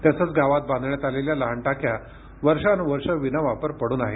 तसंच गावात बांधण्यात आलेल्या लहान टाक्या वर्षानुवर्षे विनावापर पड्न आहेत